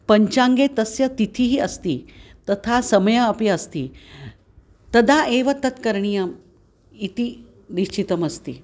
पञ्चाङ्गे तस्य तिथिः अस्ति तथा समयः अपि अस्ति तदा एव तत् करणीयम् इति निश्चितमस्ति